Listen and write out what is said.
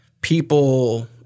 people